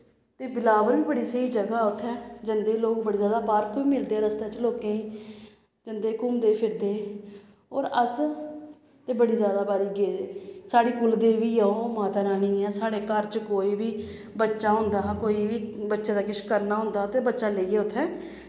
ते बिलावर बड़ी स्हेई जगह् ऐ उत्थें जंदे लोग बड़े ज्यादा पार्क बी मिलदे रस्ते च लोकें ई जंदे घूमदे फिरदे होर अस ते बड़ी ज्यादा बारी गेदे साढ़ी कुल देवी ऐ ओह् माता रानी जियां साढ़े घर च कोई बी बच्चा होंदा हा कोई बी बच्चे दा किश करना होंदा हा ते बच्चा लेइयै उत्थें